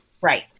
Right